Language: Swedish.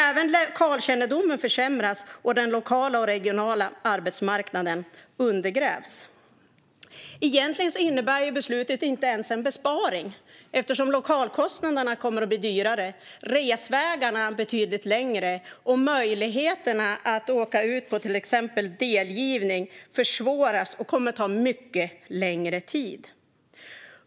Även lokalkännedomen försämras och den lokala och regionala arbetsmarknaden undergrävs. Egentligen innebär beslutet inte ens en besparing. Lokalkostnaderna kommer att bli högre, resvägarna betydligt längre och möjligheterna att åka ut på till exempel delgivning försvåras och kommer att ta mycket längre tid.